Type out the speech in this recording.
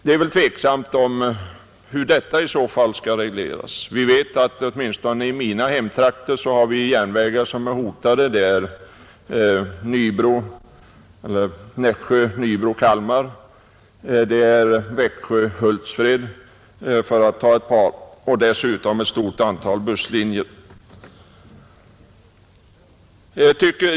Det är väl ovisst hur detta i så fall skall regleras, Åtminstone i mina hemtrakter finns det järnvägar som är hotade — linjerna Nässjö-Nybro—Kalmar och Växjö—Hultsfred, för att ta ett par exempel — och dessutom ett stort antal busslinjer.